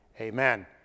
Amen